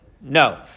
No